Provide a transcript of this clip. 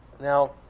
Now